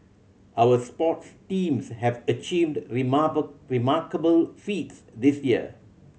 our sports teams have achieved remarkable feats this year